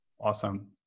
awesome